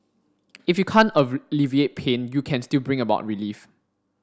if you can't alleviate pain you can still bring about relief